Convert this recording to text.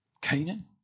Canaan